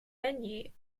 venue